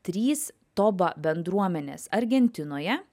trys toba bendruomenės argentinoje